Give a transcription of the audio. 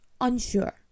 Unsure